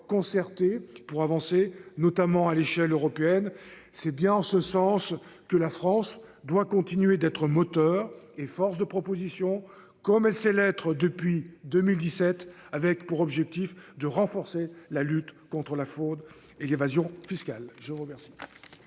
concertés pour avancer notamment à l'échelle européenne, c'est bien en ce sens que la France doit continuer d'être moteur et force de proposition comme elle sait l'être depuis 2017 avec pour objectif de renforcer la lutte contre la fraude et l'évasion fiscale. Je vous remercie.